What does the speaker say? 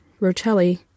Rotelli